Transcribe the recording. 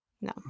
No